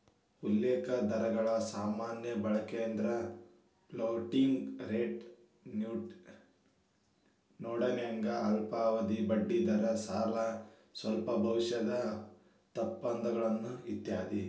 ಉಲ್ಲೇಖ ದರಗಳ ಸಾಮಾನ್ಯ ಬಳಕೆಯೆಂದ್ರ ಫ್ಲೋಟಿಂಗ್ ರೇಟ್ ನೋಟನ್ಯಾಗ ಅಲ್ಪಾವಧಿಯ ಬಡ್ಡಿದರ ಸಾಲ ಸ್ವಾಪ್ ಭವಿಷ್ಯದ ಒಪ್ಪಂದಗಳು ಇತ್ಯಾದಿ